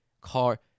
car